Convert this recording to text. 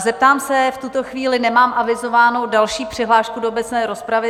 Zeptám se v tuto chvíli nemám avizovanou další přihlášku do obecné rozpravy.